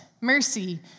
mercy